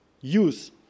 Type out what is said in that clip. use